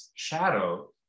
shadow